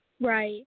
Right